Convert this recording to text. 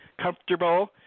comfortable